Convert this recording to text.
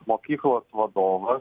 mokyklos vadovas